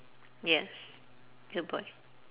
yes good boy